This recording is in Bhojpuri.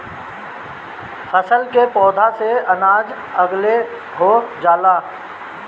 फसल के पौधा से अनाज अलगे हो जाला